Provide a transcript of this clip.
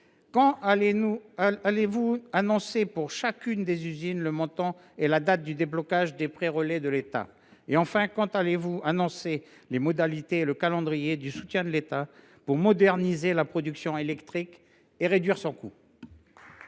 Quand allez vous annoncer, pour chacune des usines, le montant et la date du déblocage des prêts relais de l’État ? Enfin, quand allez vous annoncer les modalités et le calendrier du soutien de l’État pour moderniser la production d’électricité et réduire son coût ?